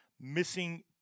Missing